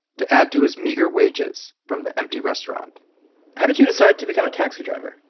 to add to his meager wages from the empty restaurant how did you decide to become a taxi driver?